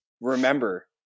remember